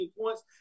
points